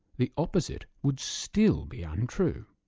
the opposite will still be untrue.